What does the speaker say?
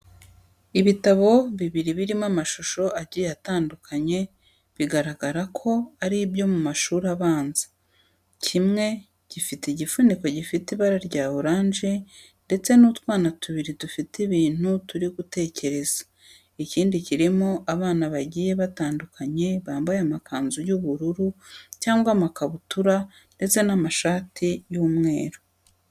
Ibitabo bibiri birimo amashusho agiye atandukanye, bigaragara ko ari ibyo mu mashuri abanza, kimwe gifite igifuniko gifite ibara rya oranje ndetse n'utwana tubiri dufite ibintu turi gutekereza, ikindi kirimo abana bagiye batandukanye bambaye amakanzu y'ubururu cyangwa amakabutura ndetse n'amashati y'umweru.